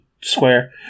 square